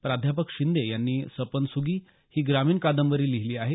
प्रा शिंदे यांनी सपन सुगी ही ग्रामीण कादंबरी लिहली आहे